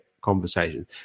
conversation